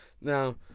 Now